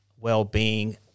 wellbeing